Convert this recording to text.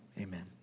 amen